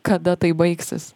kada tai baigsis